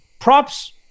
props